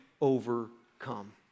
overcome